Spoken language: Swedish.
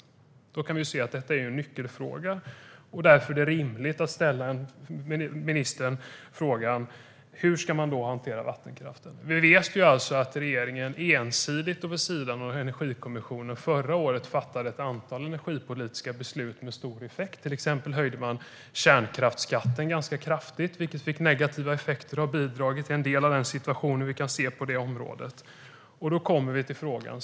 Det är en nyckelfråga. Därför är det rimligt att fråga ministern hur vattenkraften ska hanteras. Vi vet att regeringen ensidigt och vid sidan om Energikommissionen förra året fattade ett antal energipolitiska beslut med stor effekt. Till exempel höjdes kärnkraftsskatten kraftigt, vilket fick negativa effekter och har bidragit till en del av den situation vi kan se på området.